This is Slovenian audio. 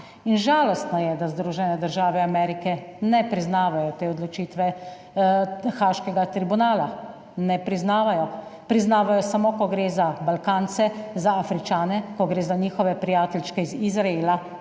Žalostno je, da Združene države Amerike ne priznavajo te odločitve haaškega tribunala. Ne priznavajo. Priznavajo samo, ko gre za Balkance, za Afričane, ko gre za njihove prijateljčke iz Izraela,